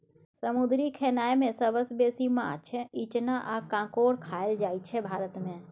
समुद्री खेनाए मे सबसँ बेसी माछ, इचना आ काँकोर खाएल जाइ छै भारत मे